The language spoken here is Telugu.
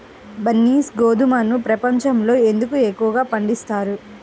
బన్సీ గోధుమను ప్రపంచంలో ఎందుకు ఎక్కువగా పండిస్తారు?